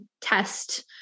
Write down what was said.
test